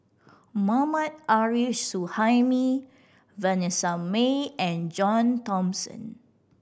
Mohammad Arif Suhaimi Vanessa Mae and John Thomson